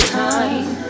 time